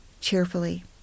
cheerfully